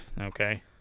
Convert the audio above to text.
Okay